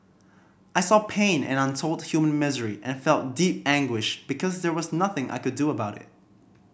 I saw pain and untold human misery and felt deep anguish because there was nothing I could do about it